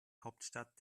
hauptstadt